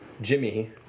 Jimmy